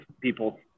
people